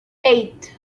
eight